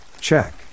check